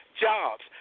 jobs